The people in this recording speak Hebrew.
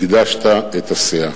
הגדשת את הסאה.